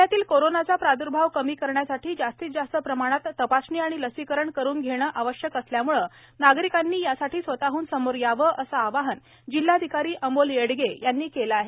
जिल्ह्यातील कोरोनाचा प्रादुर्भाव कमी करण्यासाठी जास्तीत जास्त प्रमाणात तपासणी आणि लसीकरण करून घेणे आवश्यक असल्यामुळे नागरिकांनी यासाठी स्वतःहून समोर यावे असे आवाहन जिल्हाधिकारी अमोल येडगे यांनी केले आहे